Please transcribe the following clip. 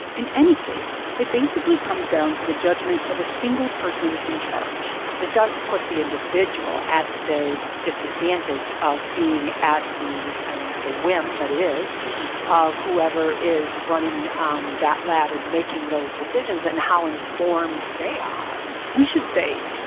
in any case, it basically comes down to the judgment of a single person in charge it does put the individual at the disadvantage of being at the i don't want to say whim, but it is of whoever is running um that lab and making those decisions and how informed they are we should say,